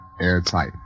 airtight